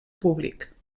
públic